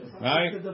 Right